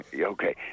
Okay